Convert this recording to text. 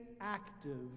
active